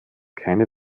keine